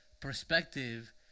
perspective